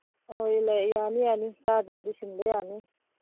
ꯑꯧ ꯌꯥꯅꯤ ꯌꯥꯅꯤ ꯆꯥꯗ꯭ꯔꯗꯤ ꯁꯤꯟꯕ ꯌꯥꯅꯤ